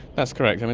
that's correct. and